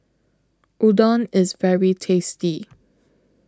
Udon IS very tasty